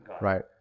Right